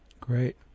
Great